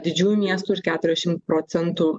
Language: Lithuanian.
didžiųjų miestų ir keturiasdešim procentų